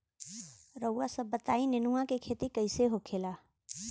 रउआ सभ बताई नेनुआ क खेती कईसे होखेला?